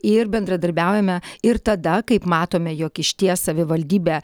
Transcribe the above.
ir bendradarbiaujame ir tada kaip matome jog išties savivaldybė